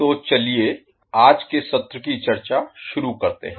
तो चलिए आज के सत्र की चर्चा शुरू करते हैं